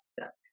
stuck